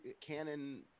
Canon